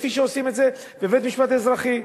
כפי שעושים את זה בבית-משפט אזרחי.